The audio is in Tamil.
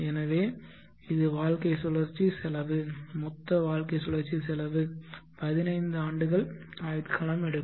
எனவே இது வாழ்க்கை சுழற்சி செலவு மொத்த வாழ்க்கை சுழற்சி செலவு பதினைந்து ஆண்டுகள் ஆயுட்காலம் எடுக்கும்